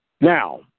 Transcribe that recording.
Now